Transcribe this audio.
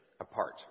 apart